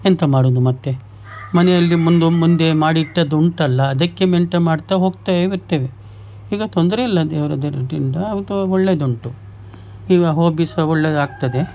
ಎಂತ ಮಾಡುವುದು ಮತ್ತು ಮನೆಯಲ್ಲಿ ಮುಂದೊಮ್ಮೆ ಮುಂದೆ ಮಾಡಿಟ್ಟದ್ದು ಉಂಟಲ್ಲ ಅದಕ್ಕೆ ಮೇನ್ಟೇನ್ ಮಾಡ್ತಾ ಹೋಗ್ತಾಯಿರ್ತೇವೆ ಈಗ ತೊಂದರೆಯಿಲ್ಲ ದೇವರ ದಯದಿಂದ ಅಂತೂ ಒಳ್ಳೆಯದುಂಟು ಈಗ ಹಾಬಿ ಸಹ ಒಳ್ಳೆಯದಾಗ್ತದೆ